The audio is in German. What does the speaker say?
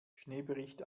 schneebericht